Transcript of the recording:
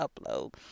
upload